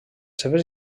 seves